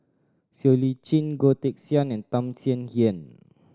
Siow Lee Chin Goh Teck Sian and Tham Sien Yen